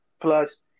plus